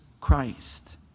Christ